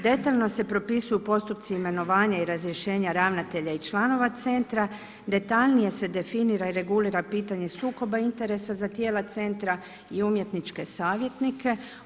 Detaljno se propisuju postupci imenovanja i razrješenja ravnatelja i članova centra, detaljnije se definira i regulira pitanje sukoba interesa za tijela centra i umjetničke savjetnike.